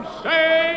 say